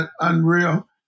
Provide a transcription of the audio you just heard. unreal